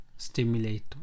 Stimulate